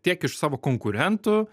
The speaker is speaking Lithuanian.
tiek iš savo konkurentų